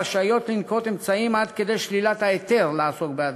הרשאיות לנקוט אמצעים עד כדי שלילת ההיתר לעסוק בהדברה.